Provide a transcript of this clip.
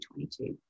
2022